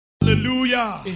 Hallelujah